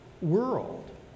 world